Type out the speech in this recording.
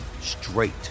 straight